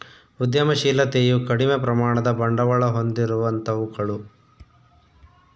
ಉದ್ಯಮಶಿಲತೆಯು ಕಡಿಮೆ ಪ್ರಮಾಣದ ಬಂಡವಾಳ ಹೊಂದಿರುವಂತವುಗಳು